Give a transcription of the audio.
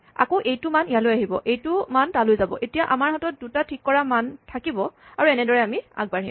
আকৌ এইটো মান ইয়ালৈ আহিব এইটো মান তালৈ যাব এতিয়া আমাৰ হাতত দুটা ঠিক কৰা মান থাকিব আৰু এনেদৰে আমি আগবাঢ়িম